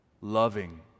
loving